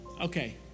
okay